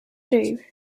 through